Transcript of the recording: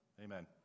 Amen